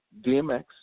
DMX